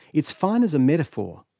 it's fine as a metaphor,